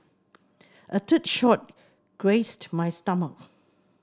a third shot grazed my stomach